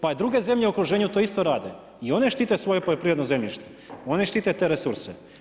Pa i druge zemlje u okruženju to isto rade i one štite svoje poljoprivredno zemljište, one štite te resurse.